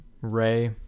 Ray